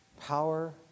power